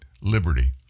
liberty